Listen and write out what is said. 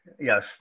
yes